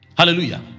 Hallelujah